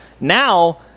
now